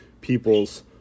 peoples